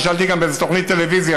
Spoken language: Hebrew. נשאלתי גם באיזו תוכנית טלוויזיה,